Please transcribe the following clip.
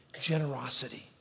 generosity